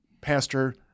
Pastor